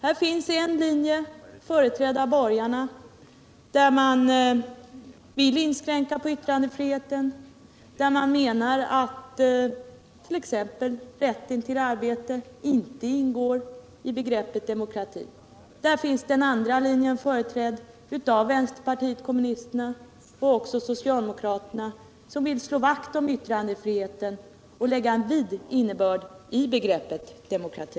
Här finns en linje som är företrädd av borgarna, där man vill inskränka på yttrandefriheten och där man menar att t.ex. rätten till arbete inte ingår i begreppet demokrati. Här finns en andra linje som är företrädd av vänsterpartiet kommunisterna och också av socialdemokraterna, vilka vill slå vakt om yttrandefriheten och lägga en vid innebörd i begreppet demokrati.